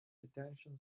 detention